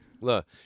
Look